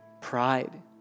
pride